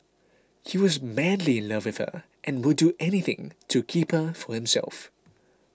he was madly in love with her and would do anything to keep her for himself